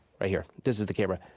right here, this is the camera.